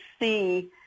see